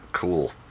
Cool